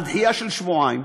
על דחייה של שבועיים,